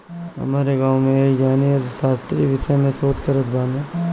हमरी गांवे में एक जानी अर्थशास्त्र विषय में शोध करत बाने